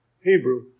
Hebrew